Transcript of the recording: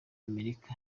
amerika